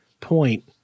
point